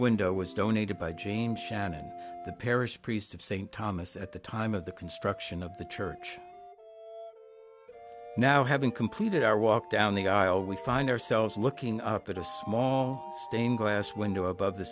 window was donated by jean shannon the parish priest of st thomas at the time of the construction of the church now having completed our walk down the aisle we find ourselves looking up at a small stained glass window above the